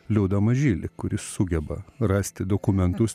liudą mažylį kuris sugeba rasti dokumentus